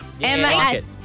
Emma